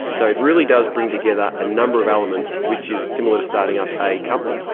so it really does bring together a number of elements which is similar to starting up a company.